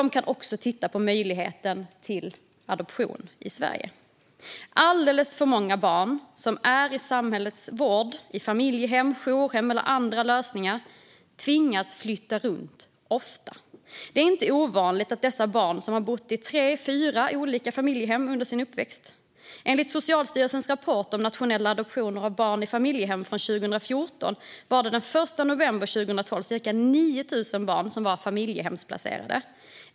De kan också titta på möjligheten till adoption i Sverige. Alldeles för många barn som är i samhällets vård - i familjehem, jourhem eller andra lösningar - tvingas ofta flytta runt. Det är inte ovanligt att dessa barn under uppväxten kan ha bott i tre fyra olika familjehem. Enligt Socialstyrelsens rapport om nationella adoptioner av barn i familjehem från 2014 var den 1 november 2012 ungefär 9 000 barn placerade i familjehem.